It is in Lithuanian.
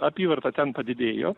apyvarta ten padidėjo